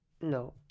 no